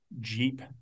Jeep